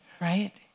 right?